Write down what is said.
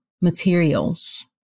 materials